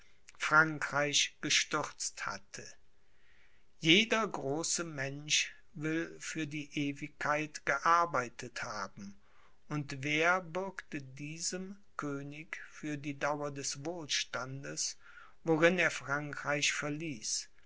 frankreich gestürzt hatte jeder große mensch will für die ewigkeit gearbeitet haben und wer bürgte diesem könig für die dauer des wohlstandes worin er frankreich verließ